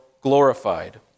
glorified